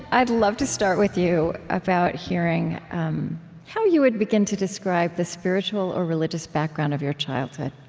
i'd love to start with you about hearing how you would begin to describe the spiritual or religious background of your childhood